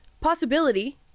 Possibility